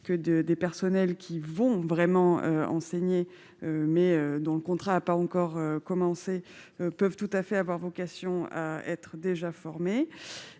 que 2 des personnels qui vont vraiment enseigner mais dont le contrat a pas encore commencé, peuvent tout à fait avoir vocation à être déjà formés